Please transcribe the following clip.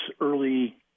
early